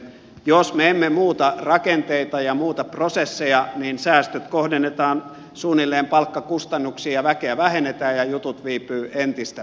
jos me emme muuta rakenteita ja muuta prosesseja niin säästöt kohdennetaan suunnilleen palkkakustannuksiin ja väkeä vähennetään ja jutut viipyvät entistä pitempään